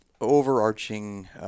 overarching